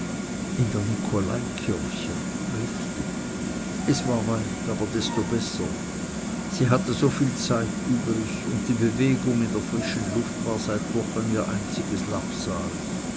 in der nikolaikirche richtig es war weit aber desto besser sie hatte so viel zeit übrig und die bewegung in der frischen luft war seit wochen ihr einziges labsal